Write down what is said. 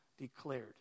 declared